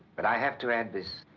but i have to add this.